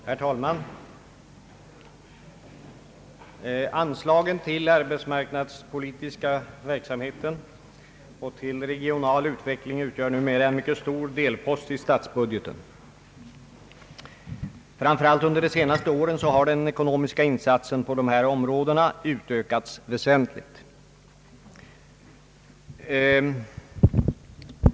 Herr talman! Anslagen till arbetsmarknadspolitisk verksamhet och till regional utveckling utgör numera en mycket stor delpost i statsbudgeten. Framför allt under de senaste åren har den ekonomiska insatsen på dessa områden utökats väsentligt.